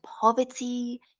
poverty